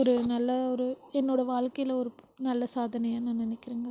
ஒரு நல்ல ஒரு என்னோடய வாழ்க்கையில் ஒரு நல்ல சாதனையாக நான் நினைக்கிறங்க